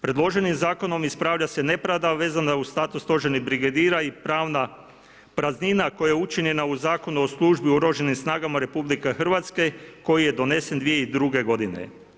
Predloženim zakonom ispravlja se nepravda vezana uz status stožernih brigadira i pravna praznina koja je učinjena u Zakonu o službi u OS RH koji je donesen 2002. godine.